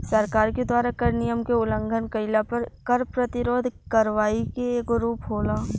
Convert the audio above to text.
सरकार के द्वारा कर नियम के उलंघन कईला पर कर प्रतिरोध करवाई के एगो रूप होला